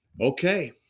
Okay